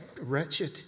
wretched